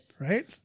Right